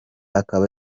akaba